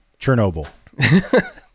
Chernobyl